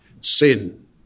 sin